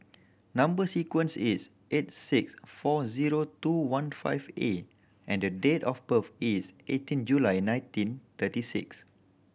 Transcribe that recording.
number sequence is eight six four zero two one five A and the date of birth is eighteen July nineteen thirty six